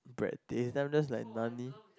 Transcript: bread thing and then I'm just like nani